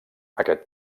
aquest